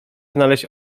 znaleźć